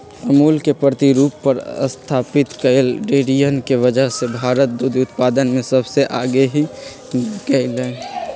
अमूल के प्रतिरूप पर स्तापित कई डेरियन के वजह से भारत दुग्ध उत्पादन में सबसे आगे हो गयलय